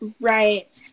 Right